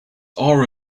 are